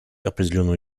определенную